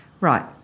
Right